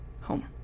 home